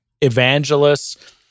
evangelists